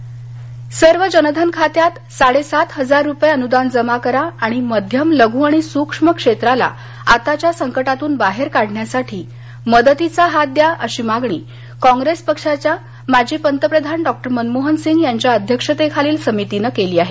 कॉग्रेस सर्व जनधन खात्यात साडेसात हजार रुपये अनुदान जमा करा आणि मध्यम लघू आणि सूक्ष्म क्षेत्राला आताच्या संकटातून बाहेर काढण्यासाठी मदतीचा हात द्या अशी मागणी कॉप्रेस पक्षाच्या माजी पंतप्रधान डॉक्टर मनमोहनसिंग यांच्या अध्यक्षतेखालील समितीनं केली आहे